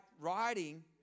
writing